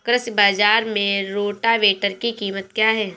कृषि बाजार में रोटावेटर की कीमत क्या है?